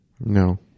No